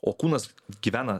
o kūnas gyvena